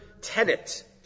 tenet